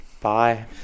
bye